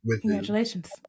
Congratulations